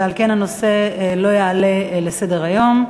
ועל כן הנושא לא יעלה לסדר-היום.